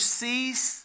cease